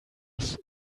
use